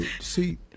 See